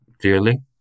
clearly